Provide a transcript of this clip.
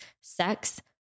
sex